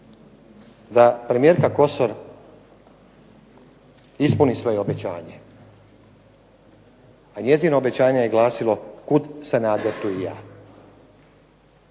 da premijerka Kosor ispuni svoje obećanje, a njezino obećanje je glasilo kud Sanader tu i ja.